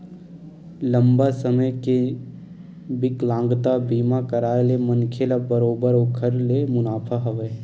लंबा समे के बिकलांगता बीमा कारय ले मनखे ल बरोबर ओखर ले मुनाफा हवय